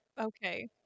Okay